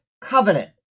covenant